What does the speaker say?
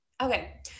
Okay